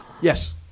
Yes